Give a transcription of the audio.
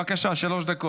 בבקשה, שלוש דקות.